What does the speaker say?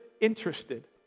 interested